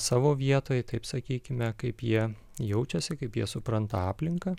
savo vietoj taip sakykime kaip jie jaučiasi kaip jie supranta aplinką